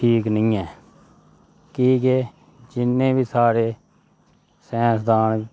ठीक निं ऐ की जे जिन्ने बी साढे़ साईंसदान